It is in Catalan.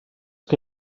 que